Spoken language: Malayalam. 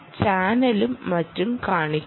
ചാനലും മറ്റും കാണിക്കുന്നു